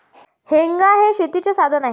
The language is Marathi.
हेंगा हे शेतीचे साधन आहे